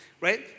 right